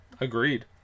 agreed